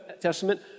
Testament